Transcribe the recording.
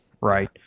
right